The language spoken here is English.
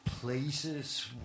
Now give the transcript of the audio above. places